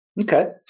Okay